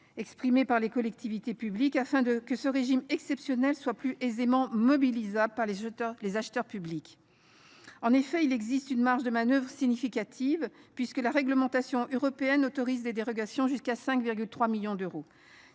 exprimés par les collectivités publiques, afin que ce régime exceptionnel soit plus aisément mobilisable par les acheteurs publics. En effet, il existe une marge de manœuvre significative, puisque la réglementation européenne autorise des dérogations jusqu’à 5,3 millions d’euros.